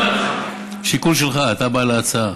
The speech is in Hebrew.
טוב, שיקול שלך, אתה בעל ההצעה.